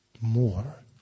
more